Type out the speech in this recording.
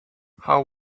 how